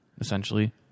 essentially